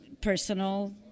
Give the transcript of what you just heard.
Personal